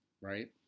Right